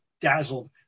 dazzled